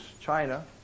China